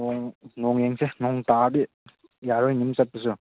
ꯅꯣꯡ ꯌꯦꯡꯁꯦ ꯅꯣꯡ ꯇꯥꯔꯗꯤ ꯌꯥꯔꯣꯏꯅꯦ ꯑꯗꯨꯝ ꯆꯠꯄꯁꯨ